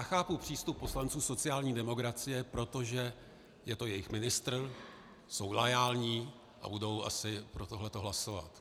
Chápu přístup poslanců sociální demokracie, protože je to jejich ministr, jsou loajální a budou asi pro tohleto hlasovat.